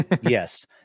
yes